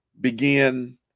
begin